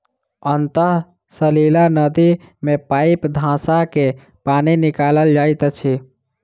अंतः सलीला नदी मे पाइप धँसा क पानि निकालल जाइत अछि